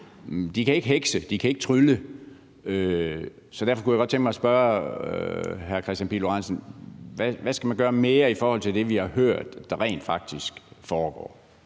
De kan ikke hekse, de kan ikke trylle. Så derfor kunne jeg godt tænke mig at spørge hr. Kristian Pihl Lorentzen om, hvad man mere skal gøre i forhold til det, vi har hørt rent faktisk foregår.